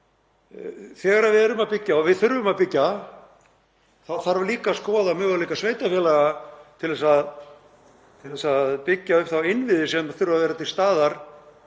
Þegar við erum að byggja, og við þurfum að byggja, þá þarf líka að skoða möguleika sveitarfélaga til að byggja upp þá innviði sem þurfa að vera til staðar